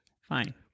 fine